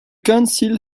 council